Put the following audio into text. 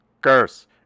curse